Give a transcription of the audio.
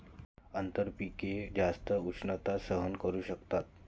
आंतरपिके जास्त उष्णता सहन करू शकतात